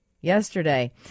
yesterday